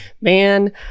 man